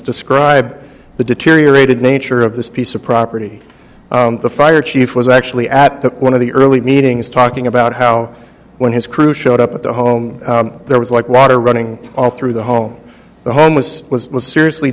describe the deteriorated nature of this piece of property the fire chief was actually at one of the early meetings talking about how when his crew showed up at the home there was like water running all through the home the home was was seriously